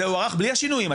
זה הוארך בלי השינויים,